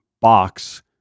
box